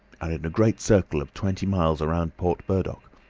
and in a great circle of twenty miles round port burdock,